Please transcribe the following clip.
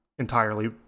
entirely